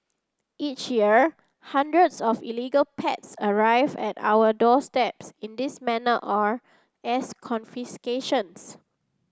each year hundreds of illegal pets arrive at our doorsteps in this manner or as confiscations